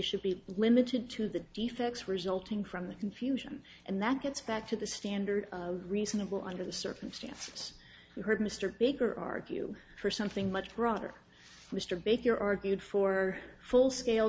should be limited to the defects resulting from the confusion and that gets back to the standard reasonable under the circumstances you heard mr baker argue for something much broader mr baker argued for full scale